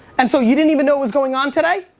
and so, you didn't even know it was going on today?